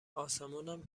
اسمونم